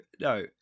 no